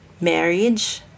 marriage